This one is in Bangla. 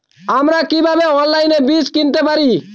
আমরা কীভাবে অনলাইনে বীজ কিনতে পারি?